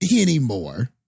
anymore